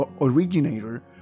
originator